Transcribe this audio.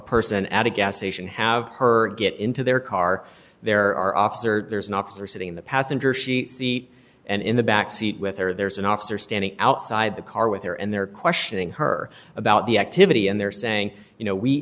person at a gas station have her get into their car there are officer there's an officer sitting in the passenger she seat and in the back seat with her there's an officer standing outside the car with her and they're questioning her about the activity and they're saying you know we